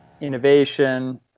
innovation